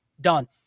Done